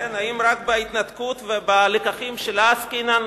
האם רק בהתנתקות ובלקחים שלה עסקינן,